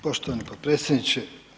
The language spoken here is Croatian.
Poštovani potpredsjedniče.